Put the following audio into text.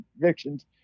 convictions